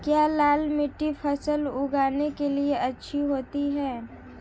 क्या लाल मिट्टी फसल उगाने के लिए अच्छी होती है?